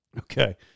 Okay